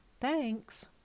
Thanks